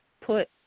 put